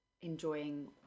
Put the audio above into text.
enjoying